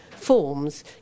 forms